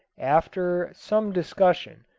after some discussion,